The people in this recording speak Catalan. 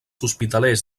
hospitalers